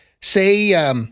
Say